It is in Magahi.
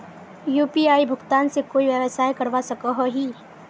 यु.पी.आई भुगतान से कोई व्यवसाय करवा सकोहो ही?